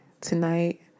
tonight